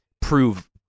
prove